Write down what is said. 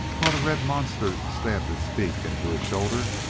while the red monster stabbed its beak into his shoulder,